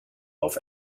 auf